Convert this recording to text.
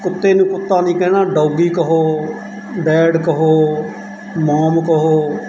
ਕੁੱਤੇ ਨੂੰ ਕੁੱਤਾ ਨਹੀਂ ਕਹਿਣਾ ਡੌਗੀ ਕਹੋ ਡੈਡ ਕਹੋ ਮੋਮ ਕਹੋ